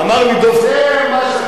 זה מה שאתה רוצה.